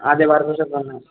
അതേ ബാർബർ ഷോപ്പാണ്